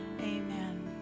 Amen